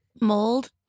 Mold